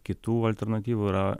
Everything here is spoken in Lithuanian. kitų alternatyvų yra